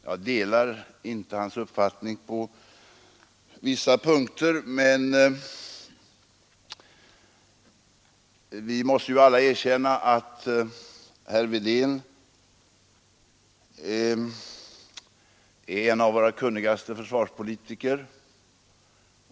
Jag delar inte hans mening på vissa punkter, men vi måste alla erkänna att herr Wedén är en av våra kunnigaste försvarspolitiker.